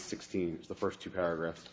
sixteen the first two paragraphs